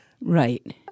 Right